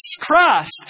Christ